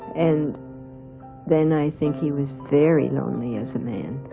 and then i think he was very lonely as a man.